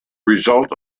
result